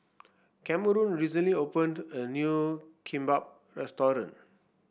Cameron recently opened a new Kimbap Restaurant